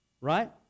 right